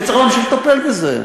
שצריך להמשיך לטפל בזה.